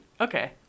Okay